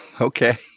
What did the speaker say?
Okay